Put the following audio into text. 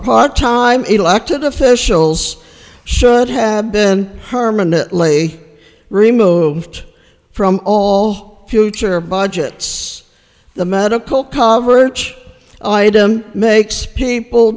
part time elected officials should have been her minute lately removed from all future budgets the medical coverage item makes people